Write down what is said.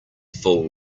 full